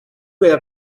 have